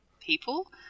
people